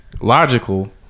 logical